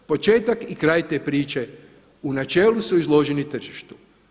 Početak i kraj te priče u načelu su izloženi tržištu.